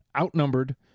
outnumbered